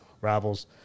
rivals